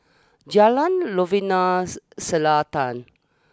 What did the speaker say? Jalan Novena Selatan